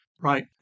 Right